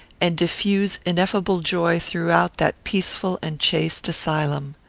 and diffuse ineffable joy throughout that peaceful and chaste asylum.